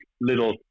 little